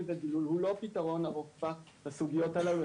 ודילול הוא לא פתרון ארוך טווח לסוגיות הללו.